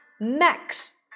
Max